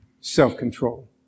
self-control